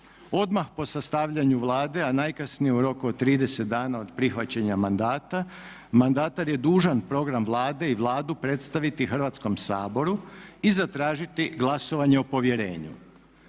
Odmah po sastavljanju Vlade a najkasnije u roku od 30 dana od prihvaćanja mandata mandatar je dužan program Vlade i Vladu predstaviti Hrvatskom saboru i zatražiti glasovanje o povjerenju.